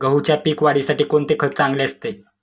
गहूच्या पीक वाढीसाठी कोणते खत चांगले असते?